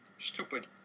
stupid